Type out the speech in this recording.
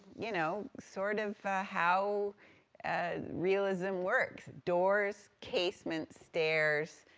you know, sort of how and realism works. doors, casements, stairs,